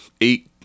eight